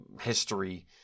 history